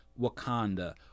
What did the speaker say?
Wakanda